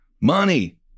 Money